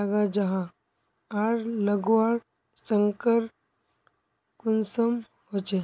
लगा जाहा आर लगवार संगकर कुंसम होचे?